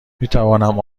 میتوانم